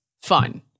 fun